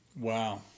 Wow